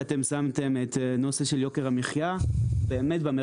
שהם שמו את הנושא של יוקר המחייה במרכז.